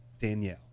Danielle